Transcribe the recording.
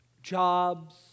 Jobs